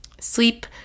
Sleep